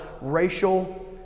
racial